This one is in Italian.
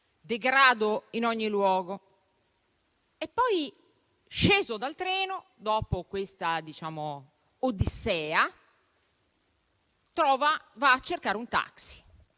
degrado in ogni luogo. Poi, sceso dal treno, dopo questa odissea, va a cercare un taxi